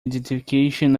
identification